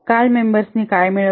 काल मेंबर्सने काय मिळवले